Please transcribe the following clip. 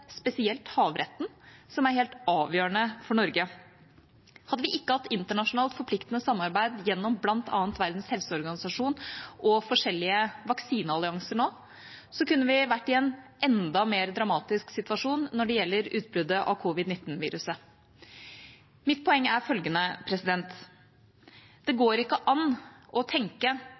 spesielt havretten, som er helt avgjørende for Norge. Hadde vi ikke hatt internasjonalt forpliktende samarbeid gjennom bl.a. Verdens helseorganisasjon og forskjellige vaksineallianser nå, kunne vi vært i en enda mer dramatisk situasjon når det gjelder utbruddet av covid-19-viruset. Mitt poeng er følgende: Det går ikke an å tenke